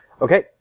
Okay